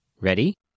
Ready